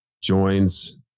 joins